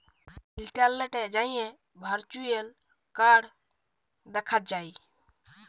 ইলটারলেটে যাঁয়ে virtual card দ্যাখা যায়